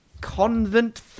convent